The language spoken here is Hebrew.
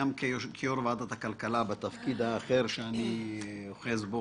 כיו"ר ועדת הכלכלה אני יכול לומר לך